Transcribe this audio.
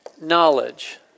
knowledge